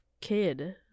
kid